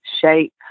shape